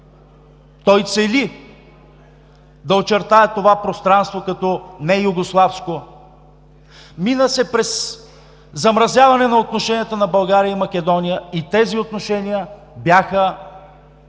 той цели да очертае това пространство като неюгославско. Мина се през замразяване на отношенията на България с Македония – тези отношения бяха,